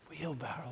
Wheelbarrow